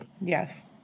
Yes